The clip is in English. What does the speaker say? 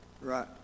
Right